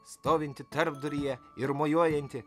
stovintį tarpduryje ir mojuojantį